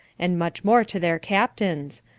and much more to their captains,